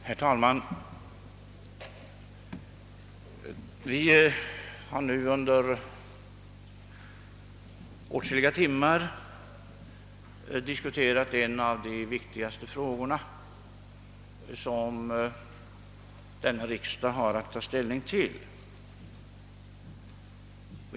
Herr talman! Vi har nu under åtskilliga timmar diskuterat en av de viktigaste frågorna som årets riksdag har att ta ställning till.